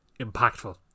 impactful